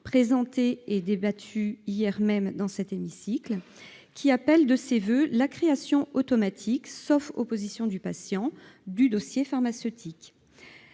présenté hier dans cet hémicycle, qui appelle de ses voeux la création automatique, sauf opposition du patient, du dossier pharmaceutique.